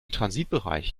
transitbereich